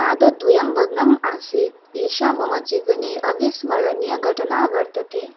पादद्वयं भग्नम् आसीत् एषा मम जीवने अविस्मरणीया घटना वर्तते